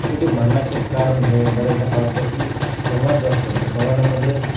छोटी भांडण्याचे कारण हे बऱ्याचदा काय होतं की संवाद जो असतो तो संवादामध्ये